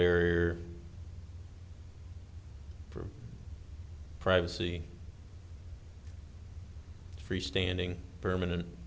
barrier for privacy freestanding permanent